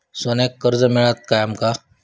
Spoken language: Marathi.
सोन्याक कर्ज मिळात काय आमका?